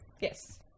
Yes